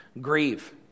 Grieve